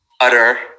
utter